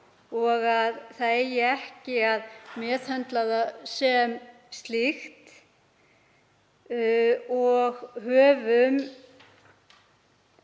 og að ekki eigi að meðhöndla það sem slíkt og höfum